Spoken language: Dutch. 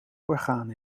orgaan